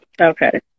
Okay